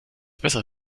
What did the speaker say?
besser